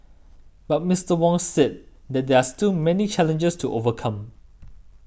but Mister Wong said that there are still many challenges to overcome